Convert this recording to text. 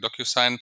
DocuSign